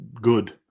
good